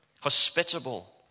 hospitable